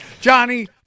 Johnny